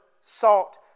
salt